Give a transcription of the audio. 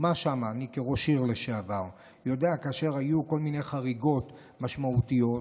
אני כראש עיר לשעבר יודע שכאשר היו כל מיני חריגות משמעותיות,